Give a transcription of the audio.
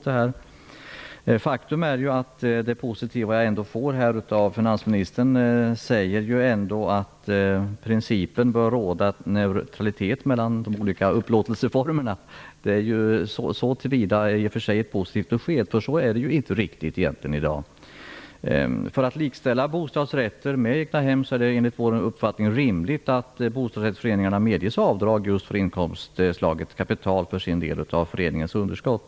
Det positiva i finansministerns svar är att han säger att det i princip bör råda neutralitet mellan olika upplåtelseformer. Det är ett positivt besked, så till vida att detta inte riktigt är fallet i dag. För att likställa bostadsrätter med egnahem är det, enligt vår uppfattning, rimligt att bostadsrättsföreningarna medges avdrag just för inkomstslaget kapital för sin del av föreningens underskott.